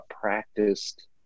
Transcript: practiced